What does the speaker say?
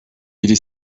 iri